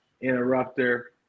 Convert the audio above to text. interrupter